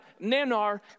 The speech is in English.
Nanar